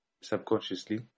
subconsciously